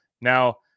Now